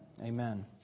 amen